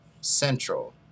Central